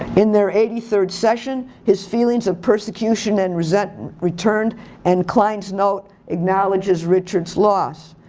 in there eighty third session, his feelings of persecution and resent returned and klein's note acknowledges richard's loss.